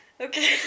Okay